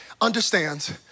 understands